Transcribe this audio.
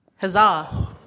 Huzzah